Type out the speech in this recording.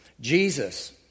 Jesus